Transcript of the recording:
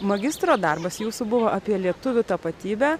magistro darbas jūsų buvo apie lietuvių tapatybę